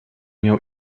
miał